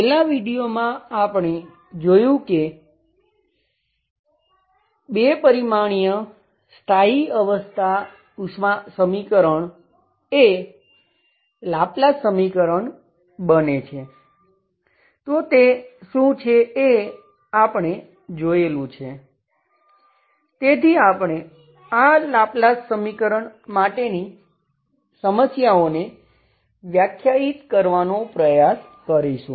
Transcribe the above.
છેલ્લાં વિડિઓ માટેની સમસ્યાઓને વ્યાખ્યાયિત કરવાનો પ્રયાસ કરીશું